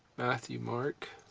matthew, mark,